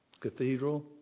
Cathedral